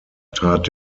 trat